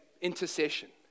intercession